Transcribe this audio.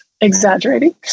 exaggerating